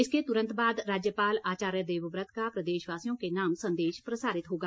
इसके तुरंत बाद राज्यपाल आचार्य देवव्रत का प्रदेशवासियों के नाम संदेश प्रसारित होगा